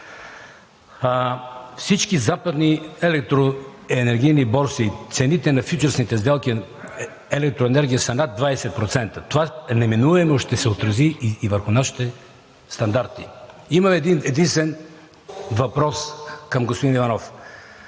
всички западни електроенергийни борси цените на фючърсните сделки за електроенергия са над 20%. Това неминуемо ще се отрази и върху нашите стандарти. Имам един-единствен въпрос към господин Иванов.